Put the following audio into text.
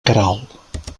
queralt